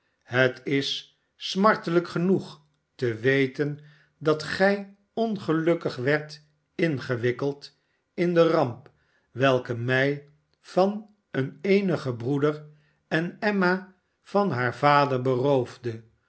het is smartelijk genoeg te weten dat gij ongelukkig werdt ingewikkeld in de ramp welke mij van een eenigen broeder en emma van haar vader beroofde